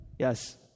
Yes